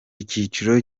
ikiciro